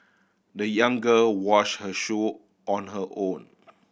the young girl washed her shoe on her own